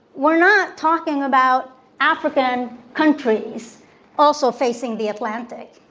we're not talking about african countries also facing the atlantic.